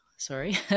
sorry